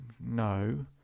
No